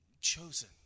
chosen